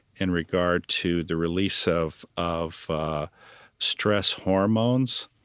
in regard to the release of of stress hormones,